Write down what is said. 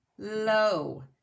Low